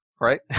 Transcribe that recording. Right